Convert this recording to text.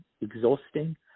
exhausting